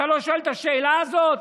אתה לא שואל את השאלה הזאת?